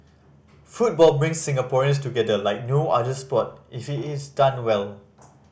football brings Singaporeans together like no other sport if is done well